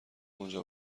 اونجا